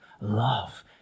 love